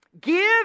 Give